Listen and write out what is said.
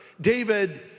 David